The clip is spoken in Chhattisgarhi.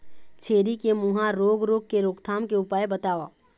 छेरी के मुहा रोग रोग के रोकथाम के उपाय बताव?